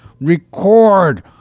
record